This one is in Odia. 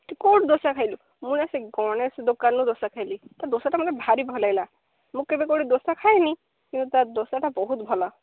ତୁ କେଉଁଠି ଦୋସା ଖାଇଲୁ ମୁଁ ନା ସେ ଗଣେଶ ଦୋକାନରୁ ଦୋସା ଖାଇଲି ତା' ଦୋସାଟା ମୋତେ ଭାରି ଭଲ ଲାଗିଲା ମୁଁ କେବେ କେଉଁଠି ଦୋସା ଖାଏନି କିନ୍ତୁ ତା' ଦୋସାଟା ବହୁତ ଭଲ